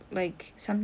mm